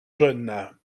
jeune